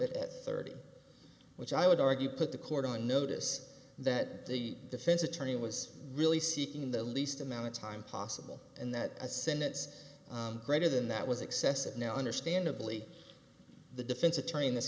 it at thirty which i would argue put the court on notice that the defense attorney was really seeking the least amount of time possible and that a sentence greater than that was excessive now understandably the defense attorney in this